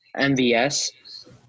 MVS